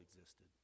existed